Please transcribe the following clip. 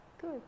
Good